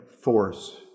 force